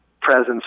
presence